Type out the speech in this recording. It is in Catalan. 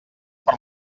per